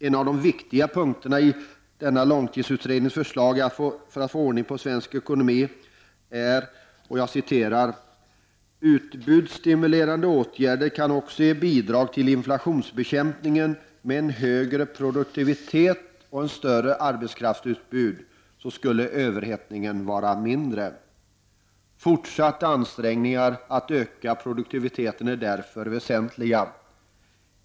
En av de viktiga punkterna i långtidsutredningens förslag för att få ordning på svensk ekonomi är: ”utbudsstimulerande åtgärder kan också ge bidrag till inflationsbekämpningen. Med en högre produktivitet och ett större arbetskraftsutbud skulle överhettningen vara mindre. Fortsatta ansträngningar att öka produktiviteten är därför väsentliga.